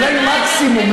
אולי מקסימום,